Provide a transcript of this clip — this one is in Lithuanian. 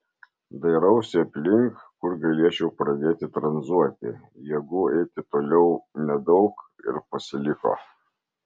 dairausi aplink kur galėčiau pradėti tranzuoti jėgų eiti toliau nedaug ir pasiliko